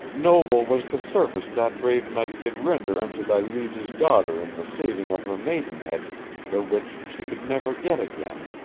noble was the service that brave knight did render unto thy liege's daughter in the saving of her maidenhead the which she could never get again,